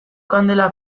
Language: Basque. kandela